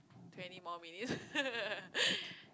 twenty more minutes